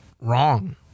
wrong